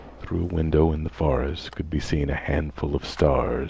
through a window in the forest could be seen a handful of stars